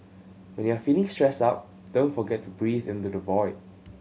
when you are feeling stressed out don't forget to breathe into the void